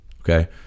Okay